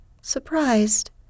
surprised